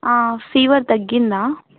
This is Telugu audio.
ఫీవర్ తగ్గిందా